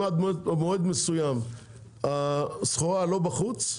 אם עד מועד מסוים הסחורה לא בחוץ,